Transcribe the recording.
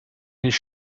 his